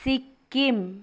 Sikkim